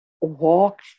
walked